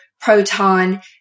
proton